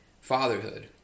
Fatherhood